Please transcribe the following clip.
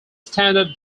standard